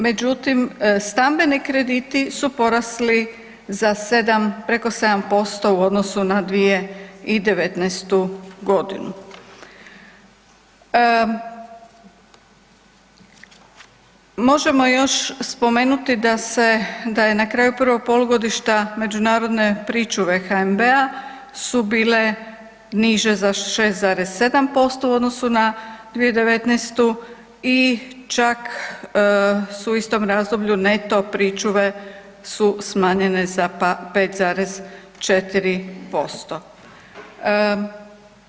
Međutim, stambeni krediti su porasli preko 7% u odnosu na 2019.g. Možemo još spomenuti da je na kraju prvog polugodišta međunarodne pričuve HNB-a su bile niže za 6,7% u odnosu na 2019. i čak su u istom razdoblju neto pričuve su smanjene za 5,4%